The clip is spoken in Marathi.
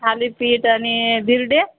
थालीपीठ आणि धिरडे